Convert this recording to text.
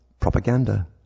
Propaganda